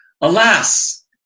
Alas